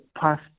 past